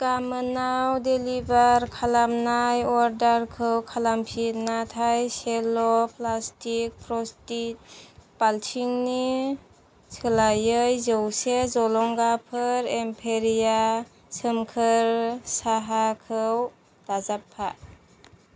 गामोनाव डेलिबार खालामनाय अर्डारखौ खालामफिन नाथाय सेल' प्लास्टिक फ्रस्टि बालथिंनि सोलायै जौसे जलंगाफोर एम्पेरिया सोमखोर साहाखौ दाजाबफा